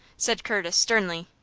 said curtis, sternly.